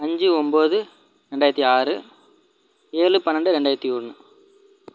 அஞ்சு ஒம்பது ரெண்டாயிரத்து ஆறு ஏழு பன்னெண்டு ரெண்டாயிரத்து ஒன்று